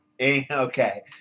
Okay